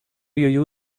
you